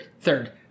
third